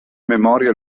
memoria